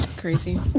crazy